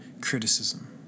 criticism